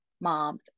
moms